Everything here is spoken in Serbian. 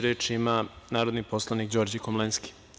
Reč ima narodni poslanik Đorđe Komlenski.